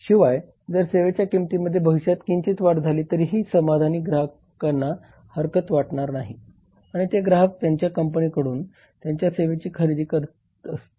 शिवाय जर सेवेच्या किंमतीमध्ये भविष्यात किंचित वाढ जरी झाली तरीही समाधानी ग्राहकांना हरकत वाटणार नाही आणि ते ग्राहक त्याच कंपनीकडून त्यांच्या सेवा खरेदी करत राहतील